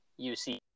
UC